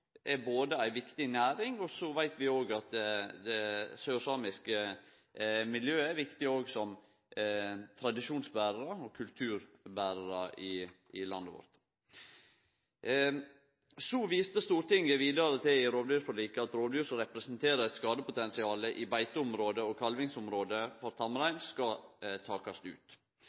ei viktig næring. Vi veit at det sørsamiske miljøet òg er viktig som tradisjonsberar og kulturberar i landet vårt. Så viste Stortinget i rovdyrforliket til at rovdyr som representerer eit skadepotensial i beiteområde og kalvingsområde for tamrein, skal takast ut.